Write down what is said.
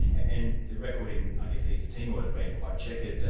and the record in i guess east timor has been quite checquered,